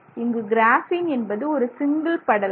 இங்கு கிராஃபீன் என்பது ஒரு சிங்கிள் படலம்